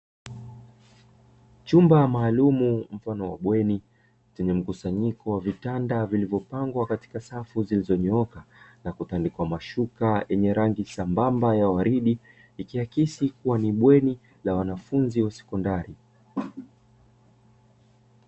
Chumba maalumu mfano wa bweni chenye mkusanyiko wa vitanda vilivyopangwa katika safu zilizonyooka na kutandikwa mashuka yenye rangi sambamba ya waridi, ikiakisi kuwa ni bweni la wanafunzi wa sekondari.